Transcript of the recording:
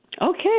Okay